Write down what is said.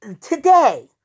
today